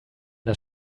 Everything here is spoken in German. das